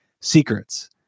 secrets